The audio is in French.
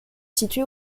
située